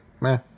meh